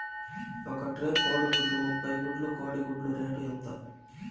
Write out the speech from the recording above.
ఒక ట్రే కోడిగుడ్లు ముప్పై గుడ్లు కోడి గుడ్ల రేటు ఎంత?